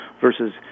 versus